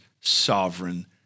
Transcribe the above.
sovereign